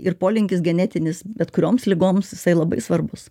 ir polinkis genetinis bet kurioms ligoms jisai labai svarbus